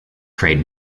create